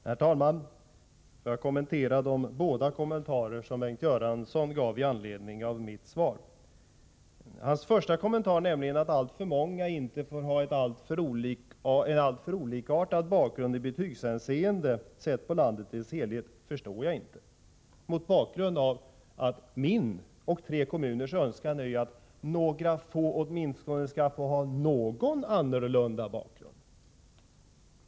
Herr talman! Jag vill kommentera de båda kommentarer som Bengt Göransson gav i anledning av mitt svar. Hans första kommentar — att alltför många inte får ha alltför olikartad bakgrund i betygshänseende sett över landet i dess helhet — förstår jag inte, mot bakgrund av att min egen och tre andra kommuner önskar att några få åtminstone skall få ha en något annorlunda bakgrund.